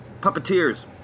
puppeteers